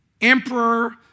emperor